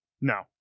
No